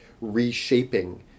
reshaping